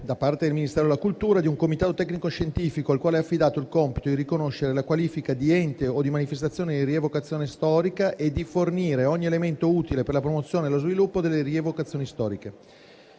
da parte del Ministero della cultura, di un comitato tecnico-scientifico, al quale è affidato il compito di riconoscere la qualifica di ente o di manifestazione di rievocazione storica e di fornire ogni elemento utile per la promozione e lo sviluppo delle rievocazioni storiche.